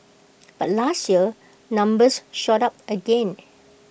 but last year numbers shot up again